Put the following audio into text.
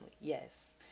Yes